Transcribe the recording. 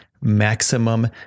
Maximum